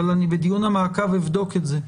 אבל בדיון המעקב אני אבדוק את זה.